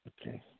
Okay